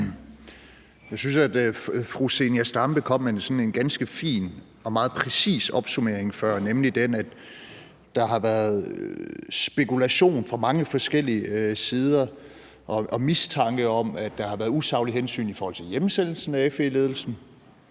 Nu synes jeg, at fru Zenia Stampe kom med sådan en ganske fin og meget præcis opsummering før, nemlig den, at der fra mange forskellige sider har været spekulation og mistanke om, at der har været usaglige hensyn i forhold til hjemsendelsen af FE-ledelsen.